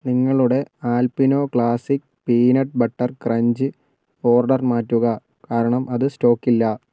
നിങ്ങളുടെ Alpino classic peanut butter crunch order മാറ്റുക കാരണം അത് സ്റ്റോക്കില്ല